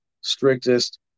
strictest